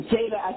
Jada